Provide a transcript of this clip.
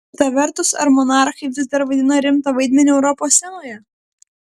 kita vertus ar monarchai vis dar vaidina rimtą vaidmenį europos scenoje